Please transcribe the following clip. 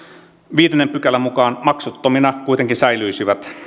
viidennen pykälän mukaan maksuttomina kuitenkin säilyisivät